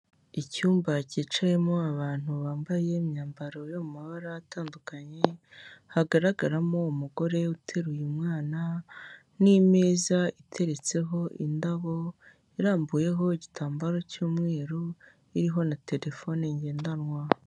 Icyumba cyicayemo abantu bambaye imyambaro yo mu mabara atandukanye, hagaragaramo umugore uteruye umwana, n'ameza iteretseho indabo, arambuyeho igitambaro cy'umweru iriho na terefone ngendanwa.